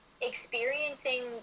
experiencing